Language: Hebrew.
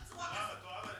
צריך לסיים עם זה.